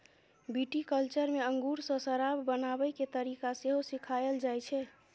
viticulture मे अंगूर सं शराब बनाबै के तरीका सेहो सिखाएल जाइ छै